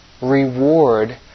reward